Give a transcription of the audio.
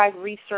research